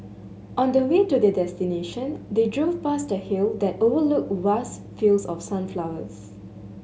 on the way to their destination they drove past the hill that overlooked vast fields of sunflowers